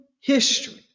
history